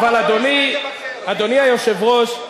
אדוני היושב-ראש,